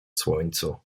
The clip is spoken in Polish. słońcu